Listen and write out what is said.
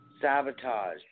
sabotage